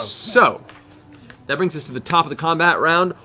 ah so that brings us to the top of the combat round.